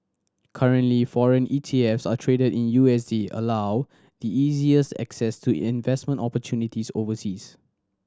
currently foreign E T F s are traded in U S D allow the easiest access to investment opportunities overseas